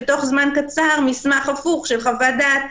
ובתוך זמן קצר מסמך הפוך של חוות דעת,